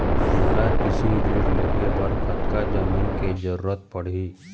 मोला कृषि ऋण लहे बर कतका जमीन के जरूरत पड़ही?